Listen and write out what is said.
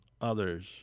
others